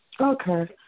Okay